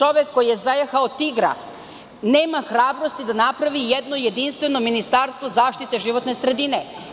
Čovek koji je zajahao tigra nema hrabrosti da napravi jedno jedino ministarstvo zaštite životne sredine.